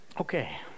Okay